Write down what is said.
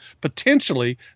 potentially